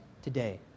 Today